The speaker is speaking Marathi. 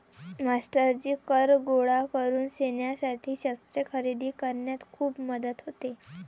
मास्टरजी कर गोळा करून सैन्यासाठी शस्त्रे खरेदी करण्यात खूप मदत होते